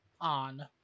on